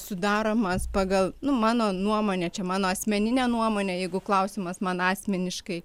sudaromas pagal nu mano nuomone čia mano asmeninė nuomonė jeigu klausimas man asmeniškai